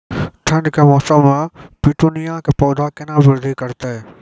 ठंड के मौसम मे पिटूनिया के पौधा केना बृद्धि करतै?